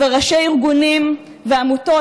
אבל ראשי ארגונים ועמותות,